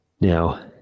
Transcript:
Now